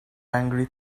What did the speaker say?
angry